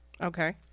Okay